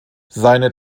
seine